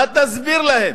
מה תסביר להם?